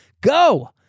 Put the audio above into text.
go